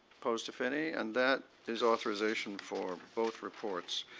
opposed if any. and that is authorization for both reports.